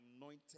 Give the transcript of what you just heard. anointed